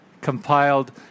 compiled